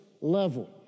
level